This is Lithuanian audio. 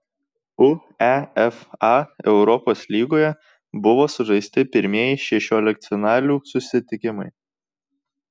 uefa europos lygoje buvo sužaisti pirmieji šešioliktfinalių susitikimai